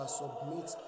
submit